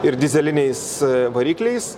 ir dyzeliniais varikliais